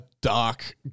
dark